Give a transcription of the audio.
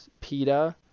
peter